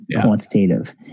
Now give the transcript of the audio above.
quantitative